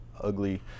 ugly